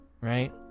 right